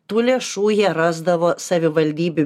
tų lėšų jie rasdavo savivaldybių